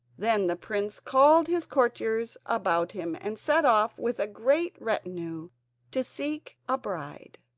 then the prince called his courtiers about him and set off with a great retinue to seek a bride.